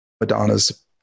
Madonna's